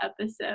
episode